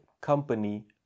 company